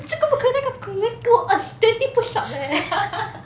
这个不可以那个不可以还给我 twenty push up leh